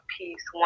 peace